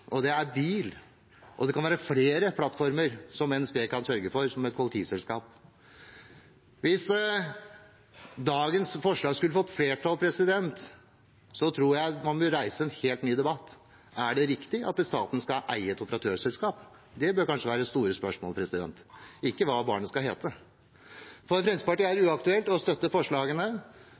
og det er bil, og det kan være flere plattformer NSB som et kollektivselskap kan sørge for. Hvis dagens forslag skulle få flertall, tror jeg man bør reise en helt ny debatt. Er det riktig at staten skal eie et operatørselskap? Det bør kanskje være det store spørsmålet, ikke hva barnet skal hete. For Fremskrittspartiet er det uaktuelt å støtte forslagene.